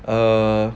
err